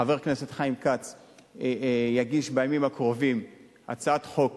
חבר הכנסת חיים כץ יגיש בימים הקרובים הצעת חוק